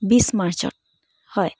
বিছ মাৰ্চত হয়